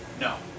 no